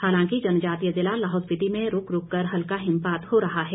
हालांकि जनजातीय ज़िला लाहौल स्पिति में रूक रूक कर हल्का हिमपात हो रहा है